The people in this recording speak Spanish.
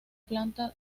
planta